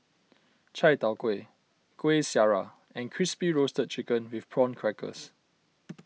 Chai Tow Kway Kueh Syara and Crispy Roasted Chicken with Prawn Crackers